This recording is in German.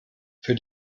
für